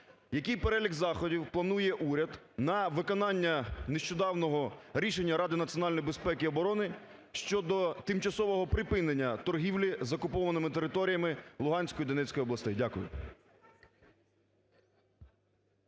Який перелік заходів планує уряд на виконання нещодавнього рішення Ради національної безпеки і оборони щодо тимчасового припинення торгівлі з окупованими територіями Луганської і Донецької областей? Дякую.